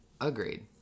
Agreed